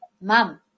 mom